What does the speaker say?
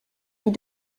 lit